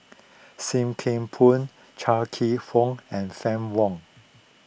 Sim Kee Boon Chia Kwek Fah and Fann Wong